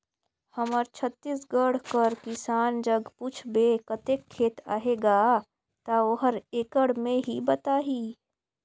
हमर छत्तीसगढ़ कर किसान जग पूछबे कतेक खेत अहे गा, ता ओहर एकड़ में ही बताही